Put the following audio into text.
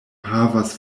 havas